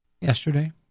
yesterday